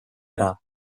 ära